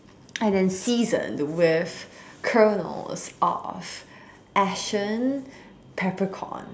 I then seasoned it with kernels off ashen peppercorn